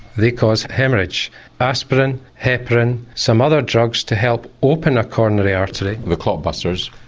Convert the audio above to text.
they cause haemorrhage aspirin, heparin, some other drugs to help open a coronary artery. the clot busters?